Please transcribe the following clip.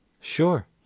Sure